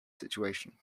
situation